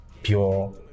Pure